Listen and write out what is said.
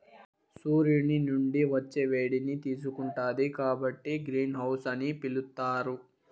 సూర్యుని నుండి వచ్చే వేడిని తీసుకుంటాది కాబట్టి గ్రీన్ హౌస్ అని పిలుత్తారు